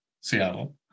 Seattle